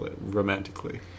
romantically